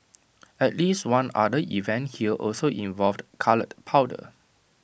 at least one other event here also involved coloured powder